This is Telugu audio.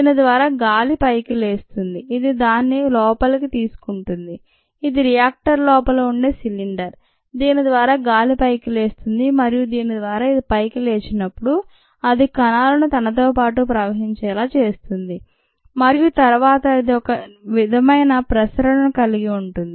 దీని ద్వారా గాలి పైకి లేస్తుంది ఇది దాన్ని లోపలికి తీసుకుంటుంది ఇది రియాక్టర్ లోపల ఉండే సిలిండర్ దీని ద్వారా గాలి పైకి లేస్తుంది మరియు దీని ద్వారా ఇది పైకి లేచినప్పుడు అది కణాలను తనతోపాటుగా ప్రవహించేలా చేస్తుంది మరియు తరువాత ఇది ఒక విధమైన ప్రసరణను కలిగి ఉంటుంది